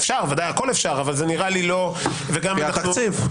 הכול אפשר, אבל זה נראה לי לא --- לפי התקציב.